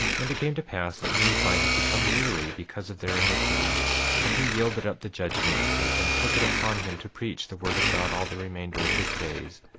and it came to pass that nephi had become weary because of their iniquity and he yielded up the judgment-seat, and took it upon him to preach the word of god all the remainder of his days,